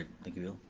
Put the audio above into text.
thank you, will.